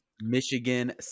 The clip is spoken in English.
Michigan